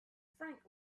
frank